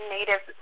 Native